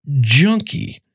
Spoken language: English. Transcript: junkie